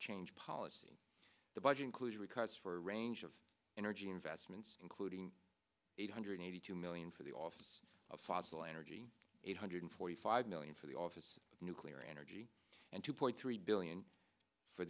change policy the budget includes records for a range of energy investments including eight hundred eighty two million for the office of fossil energy eight hundred forty five million for the office of nuclear energy and two point three billion for